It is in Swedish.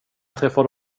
träffade